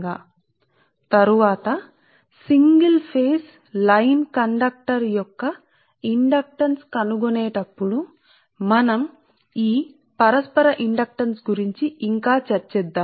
కాబట్టి రెండవ సర్క్యూట్లో ఉన్న కరెంట్ కారణంగా ఒక సర్క్యూట్ యొక్క మీ ఫ్లక్స్ అనుసంధానం మొదటి సర్క్యూట్లోకి ప్రస్తుత సర్క్యూట్ కరెంట్ I1 అయితే